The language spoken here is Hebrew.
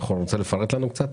אתה רוצה לפרט לנו קצת?